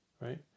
right